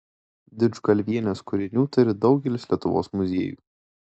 didžgalvienės kūrinių turi daugelis lietuvos muziejų